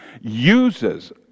uses